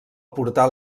portal